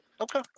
Okay